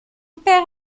perd